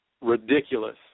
ridiculous